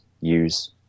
use